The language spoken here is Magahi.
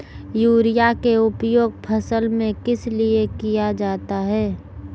युरिया के उपयोग फसल में किस लिए किया जाता है?